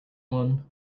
one